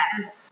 yes